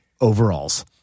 overalls